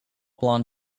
blond